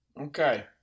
Okay